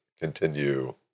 continue